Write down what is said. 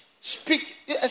speak